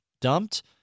dumped